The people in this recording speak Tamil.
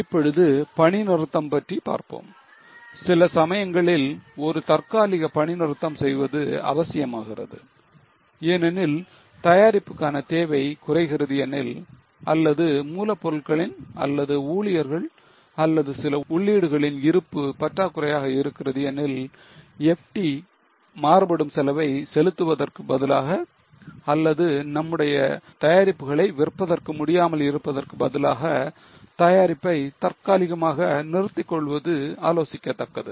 இப்பொழுது பணி நிறுத்தம் பற்றி பார்ப்போம் சில சமயங்களில் ஒரு தற்காலிக பணி நிறுத்தம் செய்வது அவசியமாகிறது ஏனெனில் தயாரிப்புக்கான தேவை குறைகிறது எனில் அல்லது மூலப் பொருட்களின் அல்லது ஊழியர்கள் அல்லது சில உள்ளீடுகளின் இருப்பு பற்றாக்குறையாக இருக்கிறது எனில் FT மாறுபடும் செலவை செலுத்துவதற்குப் பதிலாக அல்லது நம்முடைய தயாரிப்புகளை விற்பதற்கு முடியாமல் இருப்பதற்கு பதிலாக தயாரிப்பை தற்காலிகமாக நிறுத்திக் கொள்வது ஆலோசிக்கத்தக்கது